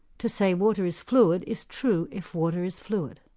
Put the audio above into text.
to say water is fluid is true if water is fluid.